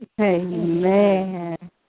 Amen